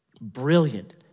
Brilliant